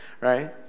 right